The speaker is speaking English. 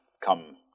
come